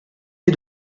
les